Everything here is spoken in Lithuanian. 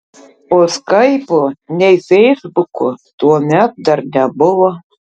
o skaipo nei feisbuko tuomet dar nebuvo